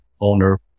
owner